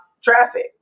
traffic